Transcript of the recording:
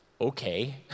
Okay